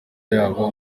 yabo